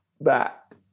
back